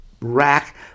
rack